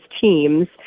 teams